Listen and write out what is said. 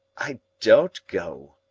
i don't go,